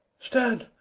stand,